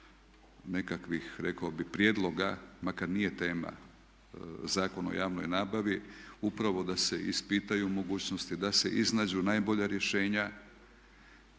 nekakvih rekao bih prijedloga, makar nije tema Zakon o javnoj nabavi upravo da se ispitaju mogućnosti, da se iznađu najbolja rješenja